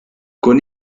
con